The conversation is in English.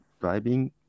driving